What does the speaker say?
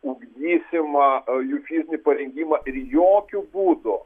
ugdysim jų fizinį parengimą ir jokiu būdu